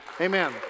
Amen